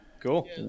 Cool